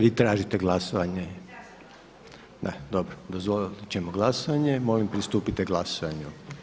Vi tražite glasovanje? [[Upadica: Tražim glasovanje.]] Da, dobro, dozvoliti ćemo glasanje, molim pristupite glasanju.